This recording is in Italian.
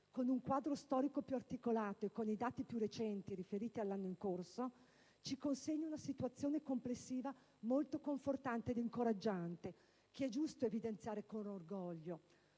con un quadro storico più articolato e con i dati più recenti riferiti all'anno in corso, ci consegna una situazione complessiva molto confortante ed incoraggiante, che è giusto evidenziare con orgoglio.